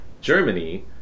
Germany